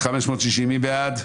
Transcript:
מי בעד?